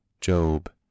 Job